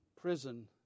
prison